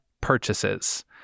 purchases